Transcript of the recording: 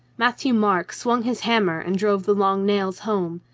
matthieu-marc swung his hammer and drove the long nails home.